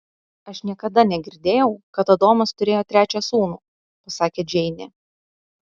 aš niekada negirdėjau kad adomas turėjo trečią sūnų pasakė džeinė